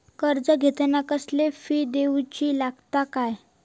कर्ज घेताना कसले फी दिऊचे लागतत काय?